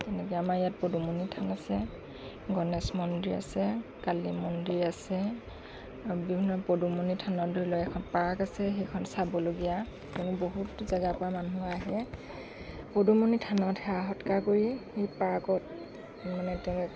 গতিকে আমাৰ ইয়াত পদুমণি থান আছে গণেশ মন্দিৰ আছে কালী মন্দিৰ আছে আৰু বিভিন্ন পদুমণি থানত ধৰি লওক এখন পাৰ্ক আছে সেইখন চাবলগীয়া মানে বহুত জেগাৰ পৰা মানুহ আহে পদুমণি থানত সেৱা সৎকাৰ কৰি সেই পাৰ্কত মানে তেওঁলোকে